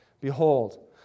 Behold